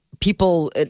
people